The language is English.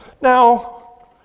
Now